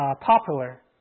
popular